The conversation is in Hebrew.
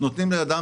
ודבר פרקטי,